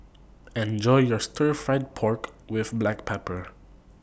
Enjoy your Stir Fried Pork with Black Pepper